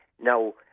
now